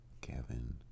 Kevin